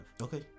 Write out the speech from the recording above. Okay